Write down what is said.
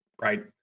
Right